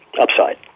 upside